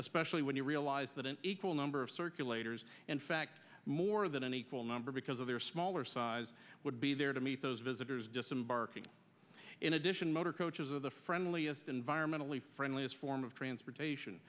especially when you realize that an equal number of circulators in fact more than an equal number because of their smaller size would be there to meet those visitors disembarking in addition motor coaches are the friendliest environmentally friendly this form of transportation